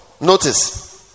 Notice